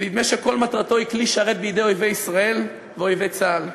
שנדמה שכל מטרתו להיות כלי שרת בידי אויבי ישראל ואויבי צה"ל.